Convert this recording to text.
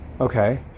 Okay